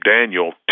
Daniel